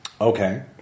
Okay